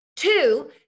Two